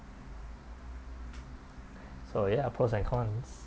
so ya pros and cons